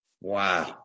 Wow